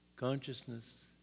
consciousness